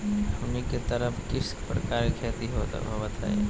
हमनी के तरफ किस किस प्रकार के खेती होवत है?